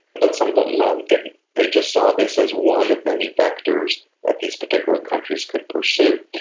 but some of them um didn't, they just saw this as one of many vectors that these particular countries could pursue.